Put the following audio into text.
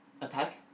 attack